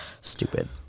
stupid